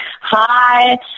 Hi